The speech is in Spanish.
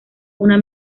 una